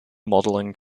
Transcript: modeling